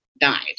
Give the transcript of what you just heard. died